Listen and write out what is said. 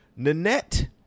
Nanette